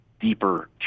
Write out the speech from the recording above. deeper